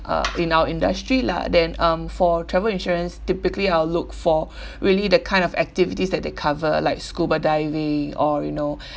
uh in our industry lah then um for travel insurance typically I'll look for really the kind of activities that they cover like scuba diving or you know